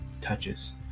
touches